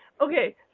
Okay